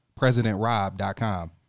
PresidentRob.com